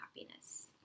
happiness